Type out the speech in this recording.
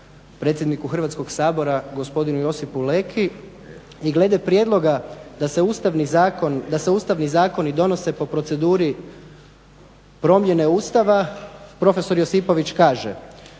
predsjedniku Hrvatskog sabora, gospodinu Josipu Leki i glede prijedloga da se Ustavni zakoni donose po proceduri promjene Ustava, profesor Josipović kaže